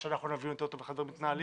שאנחנו נבין יותר טוב איך הדברים מתנהלים,